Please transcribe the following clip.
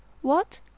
What